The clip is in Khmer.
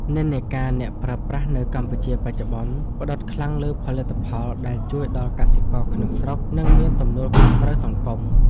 និន្នាការអ្នកប្រើប្រាស់នៅកម្ពុជាបច្ចុប្បន្ន ផ្ដោតខ្លាំងលើផលិតផលដែលជួយដល់កសិករក្នុងស្រុក និងមានទំនួលខុសត្រូវសង្គម។